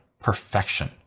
perfection